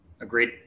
Agreed